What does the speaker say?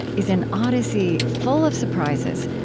is an odyssey, full of surprises,